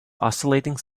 oscillating